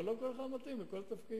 לא כל אחד מתאים לכל תפקיד.